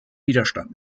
widerstand